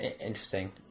interesting